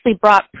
brought